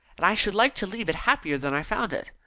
and i should like to leave it happier than i found it.